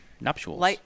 nuptials